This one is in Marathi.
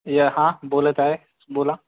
या हा बोलत आ आहे बोला